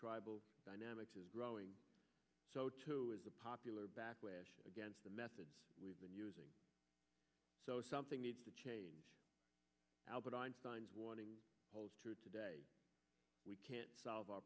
tribal dynamics is growing so too is a popular backlash against the methods we've been using so something needs to change albert einstein's warning holds true today we can't solve our